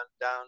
down